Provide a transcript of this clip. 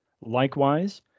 Likewise